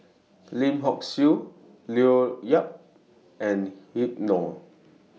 Lim Hock Siew Leo Yip and Habib Noh